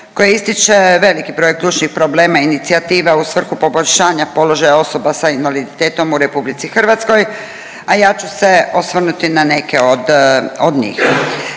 koje ističe veliki broj ključnih problema i inicijativa u svrhu poboljšanja položaja osoba s invaliditetom u RH, a ja ću se osvrnuti na neke od njih.